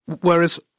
Whereas